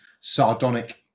sardonic